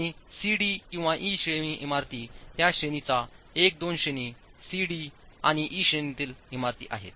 आणि C D किंवा E श्रेणी इमारती त्या श्रेणीचा 1 2 श्रेणी सी डी आणि ई श्रेणीतील इमारती आहेत